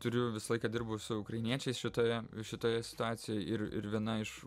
turiu visą laiką dirbau su ukrainiečiais šitoje šitoje situacijoj ir ir viena iš